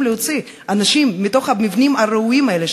להוציא אנשים מתוך המבנים הרעועים האלה,